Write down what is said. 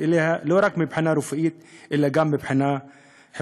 אליה לא רק מבחינה רפואית אלא גם מבחינה חברתית.